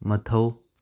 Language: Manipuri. ꯃꯊꯧ